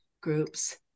groups